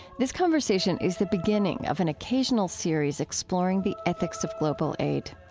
this conversation is the beginning of an occasional series exploring the ethics of global aid.